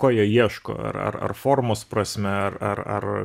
ko jie ieško ar ar ar formos prasme ar ar ar